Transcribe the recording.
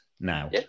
now